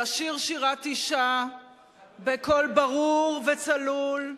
לשיר שירת אשה בקול ברור וצלול,